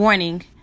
Warning